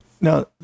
Now